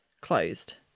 closed